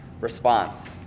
response